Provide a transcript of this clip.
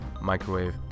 Microwave